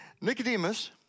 Nicodemus